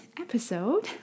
episode